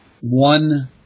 One